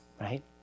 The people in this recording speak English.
right